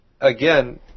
again